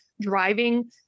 driving